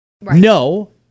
No